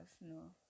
no